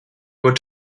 were